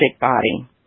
body